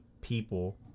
people